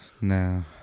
No